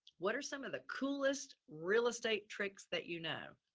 what are some of the coolest real estate tricks that you know?